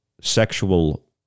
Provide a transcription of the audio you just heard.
sexual